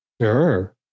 Sure